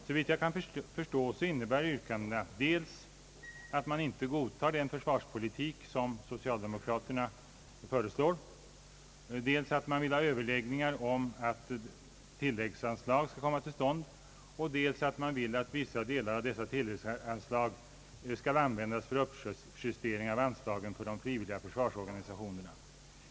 Såvitt jag kan förstå innebär yrkandena dels att man inte godtar den försvarspolitik som socialdemokraterna föreslår, dels att man vill få till stånd överläggningar om tilläggsanslag och dels att man vill att vissa delar av dessa tilläggsanslag skall användas för uppjustering av anslagen till de frivilliga försvarsorganisationerna.